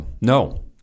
No